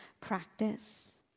practice